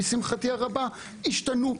לשמחתי הרבה השתנו,